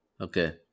Okay